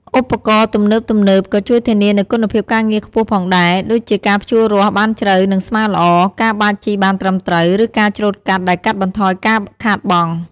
ឧបករណ៍ទំនើបៗក៏ជួយធានានូវគុណភាពការងារខ្ពស់ផងដែរ ដូចជាការភ្ជួររាស់បានជ្រៅនិងស្មើល្អ ការបាចជីបានត្រឹមត្រូវ ឬការច្រូតកាត់ដែលកាត់បន្ថយការខាតបង់។